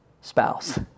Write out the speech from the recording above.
spouse